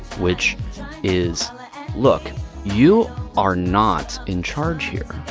which is look you are not in charge here.